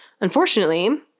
Unfortunately